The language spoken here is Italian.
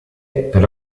per